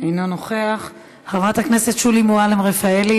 אינו נוכח, חברת הכנסת שולי מועלם-רפאלי,